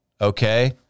okay